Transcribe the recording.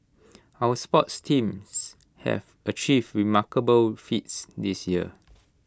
our sports teams have achieved remarkable feats this year